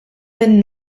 min